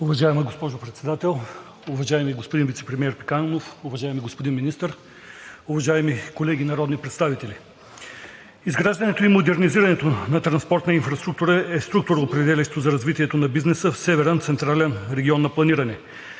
Уважаема госпожо Председател, уважаеми господин вицепремиер Пеканов, уважаеми господин Министър, уважаеми колеги народни представители! Изграждането и модернизирането на транспортна инфраструктура е структуроопределящо за развитието на бизнеса в Северен централен регион на планиране.